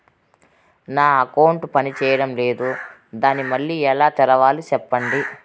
నా అకౌంట్ పనిచేయడం లేదు, దాన్ని మళ్ళీ ఎలా తెరవాలి? సెప్పండి